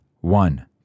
one